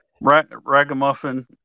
ragamuffin